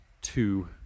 two